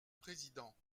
président